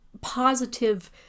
positive